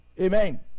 Amen